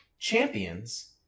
Champions